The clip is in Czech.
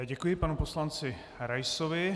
Děkuji panu poslanci Raisovi.